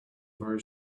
very